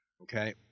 Okay